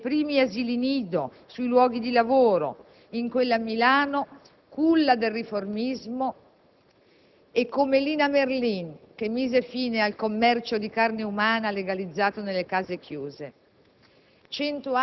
fondatrice dei primi asili nido sui luoghi di lavoro in quella Milano culla del riformismo, e come Lina Merlin, che mise fine al commercio di carne umana legalizzata nelle case chiuse.